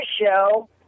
show